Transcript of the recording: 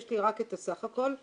יש לי רק את הסך הכול.